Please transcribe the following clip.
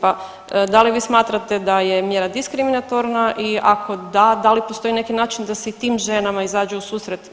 Pa da li vi smatrate da je mjera diskriminatorna i ako da, da li postoji neki način da se i tim ženama izađe u susret?